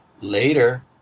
Later